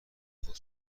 خود